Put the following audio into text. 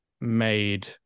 made